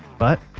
but.